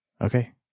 Okay